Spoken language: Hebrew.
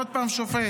עוד פעם שופט,